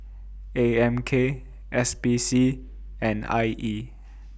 A M K S P C and I E